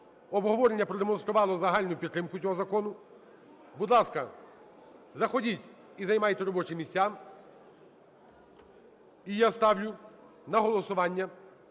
Обговорення продемонструвало загальну підтримку цього закону. Будь ласка, заходіть і займайте робочі місця. І я ставлю на голосування